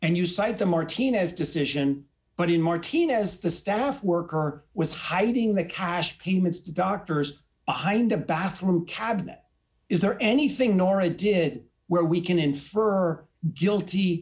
and you cited the martinez decision but in martinez the staff worker was hiding the cash payments to doctors behind a bathroom cabinet is there anything nora did where we can infer guilty